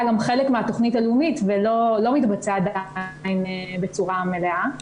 גם חלק מהתוכנית הלאומית ולא מתבצע עדיין בצורה מלאה.